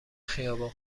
خیابان